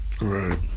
Right